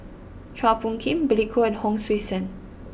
Chua Phung Kim Billy Koh and Hon Sui Sen